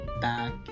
back